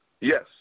Yes